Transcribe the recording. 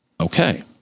okay